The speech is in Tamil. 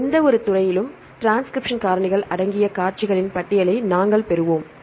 எந்தவொரு துறையிலும் டிரான்ஸ்கிரிப்ஷன் காரணிகள் அடங்கிய காட்சிகளின் பட்டியலை நாங்கள் பெறுவோம்